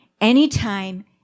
anytime